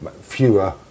fewer